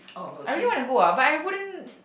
I really want to go ah but I wouldn't